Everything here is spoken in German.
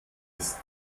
ist